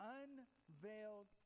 unveiled